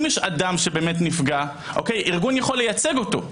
אם יש אדם שבאמת נפגע ארגון יכול לייצג אותו,